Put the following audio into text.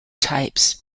types